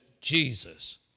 Jesus